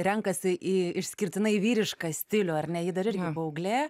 renkasi į išskirtinai vyrišką stilių ar ne ji dar irgi paauglė